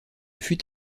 fut